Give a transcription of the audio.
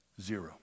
zero